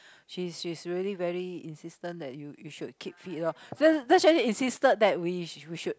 she's she's really very insistent that you you should keep fit loh so that's why she insisted that we should